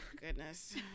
goodness